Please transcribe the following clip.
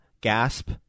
gasp